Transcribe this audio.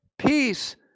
peace